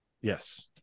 Yes